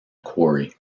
quarry